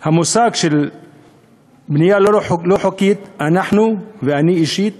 המושג של בנייה לא חוקית, אנחנו ואני אישית